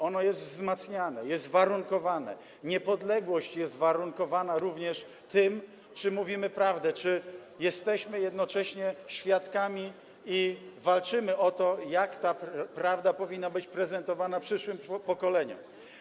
Ono jest wzmacniane, jest warunkowane, niepodległość jest warunkowana również tym, czy mówimy prawdę, czy jesteśmy jednocześnie świadkami i walczymy o to, jak ta prawda powinna być prezentowana przyszłym pokoleniom.